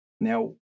Now